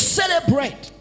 celebrate